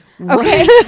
Okay